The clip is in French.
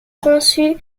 conçu